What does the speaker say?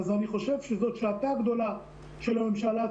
אני חושב שזאת שעתה הגדולה של הממשלה.